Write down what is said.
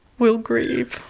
we'll grieve